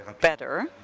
better